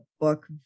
book